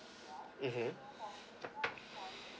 mmhmm